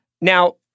Now